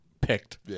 picked